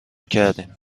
کردیم